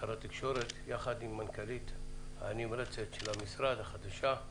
שר התקשורת יחד עם המנכ"לית החדשה והנמרצת של המשרד.